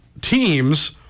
teams